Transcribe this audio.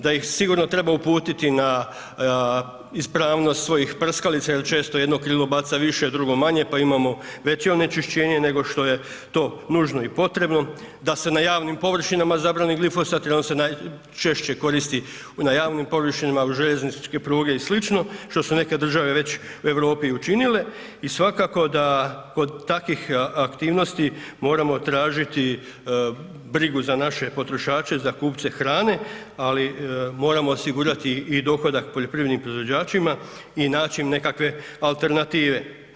Da ih sigurno treba uputiti na ispravnost svojih prskalica jer često jedno krilo baca više, drugo manje pa imamo veće onečišćenje nego što je to nužno i potrebno, da se na javnim površinama zabrani glifosat jer se on najčešće koristi na javnim površinama, uz željezničke pruge i sl. što su neke države već u Europi i učinile i svakako da kod takvih aktivnosti moramo tražiti brigu za naše potrošače, za kupce hrane, ali moramo osigurati i dohodak poljoprivrednim proizvođačima i naći nekakve alternative.